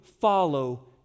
follow